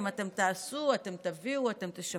אמרתם, אתם תעשו, אתם תביאו, אתם תשפרו.